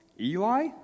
Eli